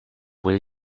will